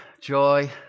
joy